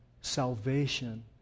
salvation